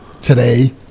today